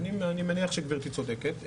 אני מניח שגברתי צודקת.